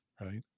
right